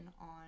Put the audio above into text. on